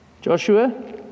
Joshua